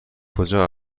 کجا